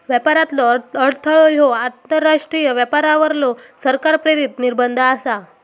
व्यापारातलो अडथळो ह्यो आंतरराष्ट्रीय व्यापारावरलो सरकार प्रेरित निर्बंध आसा